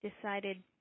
decided